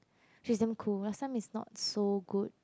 she's damn cool last time is not so good